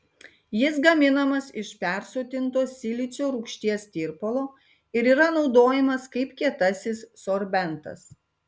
jis gaminamas iš persotinto silicio rūgšties tirpalo ir yra naudojamas kaip kietasis sorbentas